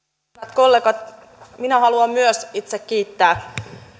kollegat minä haluan myös itse kiittää